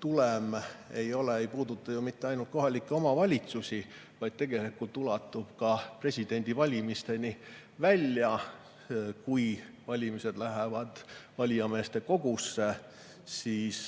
tulem ei puuduta ju ainult kohalikke omavalitsusi, vaid see ulatub ka presidendi valimiseni välja. Kui valimine läheb valijameeste kogusse, siis